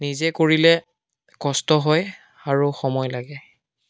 নিজে কৰিলে কষ্ট হয় আৰু সময় লাগে